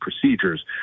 procedures